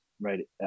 right